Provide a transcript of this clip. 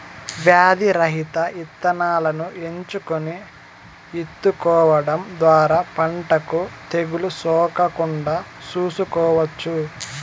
వ్యాధి రహిత ఇత్తనాలను ఎంచుకొని ఇత్తుకోవడం ద్వారా పంటకు తెగులు సోకకుండా చూసుకోవచ్చు